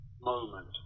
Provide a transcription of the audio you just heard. moment